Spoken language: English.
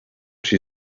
she